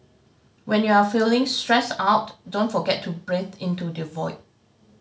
when you are feeling stressed out don't forget to breathe into the void